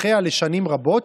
אומר?